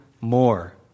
more